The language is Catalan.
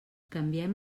canviem